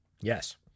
Yes